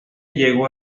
llegó